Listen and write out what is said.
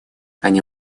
они